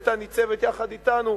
היתה ניצבת יחד אתנו,